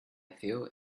feel